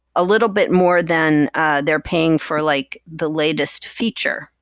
a little bit more than ah they're paying for like the latest feature,